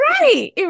Right